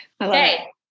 Okay